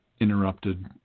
interrupted